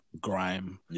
grime